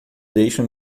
deixam